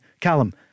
Callum